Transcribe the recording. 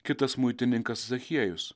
kitas muitininkas zachiejus